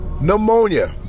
Pneumonia